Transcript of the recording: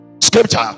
scripture